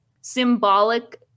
symbolic